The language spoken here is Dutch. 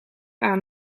aan